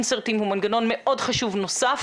האינסרטים הוא מנגנון מאוד חשוב נוסף